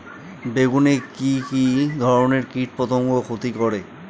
বেগুনে কি কী ধরনের কীটপতঙ্গ ক্ষতি করে?